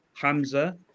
Hamza